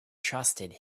trusted